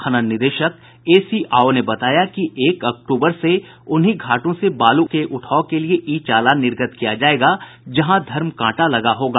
खनन निदेशक ए सी आओ ने बताया कि एक अक्टूबर से उन्हीं घाटों से बालू के उठाव के लिये ई चालान निर्गत किया जायेगा जहां धर्मकांटा लगा होगा